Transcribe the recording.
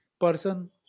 person